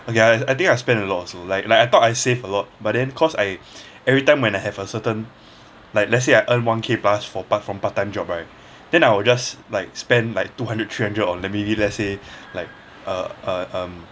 ya I think I spend a lot also like like I thought I save a lot but then cause I every time when I have a certain like let's say I earn one K plus from part from part time job right then I will just like spend like two hundred three hundred on like maybe let's say like uh um